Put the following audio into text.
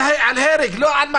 על הרג, לא על מכות.